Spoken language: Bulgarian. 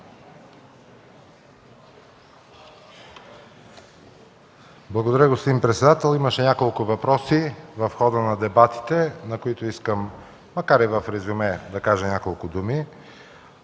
Благодаря, господин председател. Имаше няколко въпроса в хода на дебатите, по които искам, макар и в резюме, да кажа няколко думи.